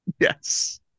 Yes